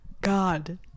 God